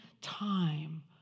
time